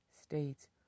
States